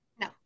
No